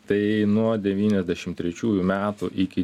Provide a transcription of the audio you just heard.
tai nuo devyniasdešim trečiųjų metų iki